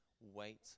Wait